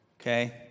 Okay